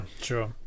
sure